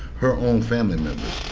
her own family members.